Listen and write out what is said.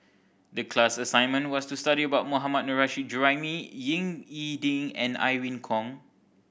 the class assignment was to study about Mohammad Nurrasyid Juraimi Ying E Ding and Irene Khong